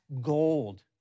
gold